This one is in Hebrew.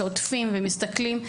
שעוטפים ומסתכלים,